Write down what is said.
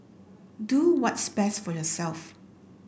do what's best for yourself